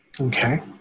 Okay